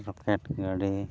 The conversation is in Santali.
ᱨᱚᱠᱮᱴ ᱜᱟᱹᱰᱤ